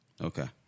Okay